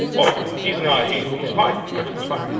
oh. he's not he's he's fine. everything's fine.